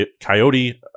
Coyote